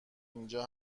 اینجا